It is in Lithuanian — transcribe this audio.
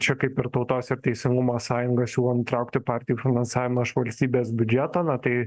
čia kaip ir tautos ir teisingumo sąjunga siūlo nutraukti partijų finansavimą iš valstybės biudžeto na tai